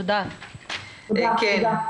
תודה.